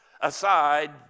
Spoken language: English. aside